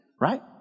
right